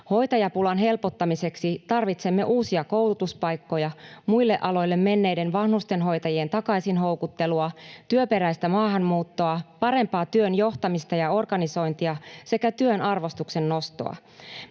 Hoitajapulan helpottamiseksi tarvitsemme uusia koulutuspaikkoja, muille aloille menneiden vanhustenhoitajien takaisin houkuttelua, työperäistä maahanmuuttoa, parempaa työn johtamista ja organisointia sekä työn arvostuksen nostoa.